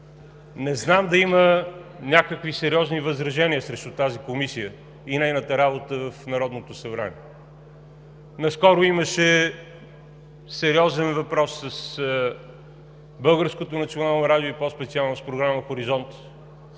Не знам да има някакви сериозни възражения срещу тази Комисия и нейната работа в Народното събрание. Наскоро имаше сериозен въпрос с Българското национално радио, и по-специално с програма „Хоризонт“.